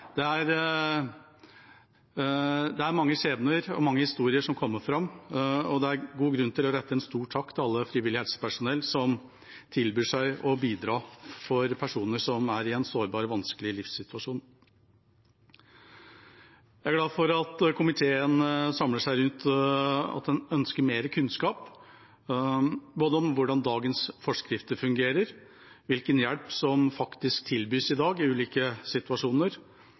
mange historier som kommer fram, og det er god grunn til å rette en stor takk til alt frivillig helsepersonell som tilbyr seg å bidra for personer som er i en sårbar og vanskelig livssituasjon. Jeg er glad for at komiteen samler seg rundt at en ønsker mer kunnskap, både om hvordan dagens forskrifter fungerer, og hvilken hjelp som faktisk tilbys i dag i ulike situasjoner.